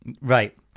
Right